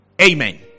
Amen